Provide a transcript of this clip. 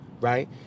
Right